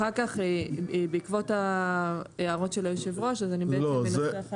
אחר כך בעקבות ההוראות של יושב הראש אז אני בעצם מנסחת